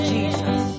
Jesus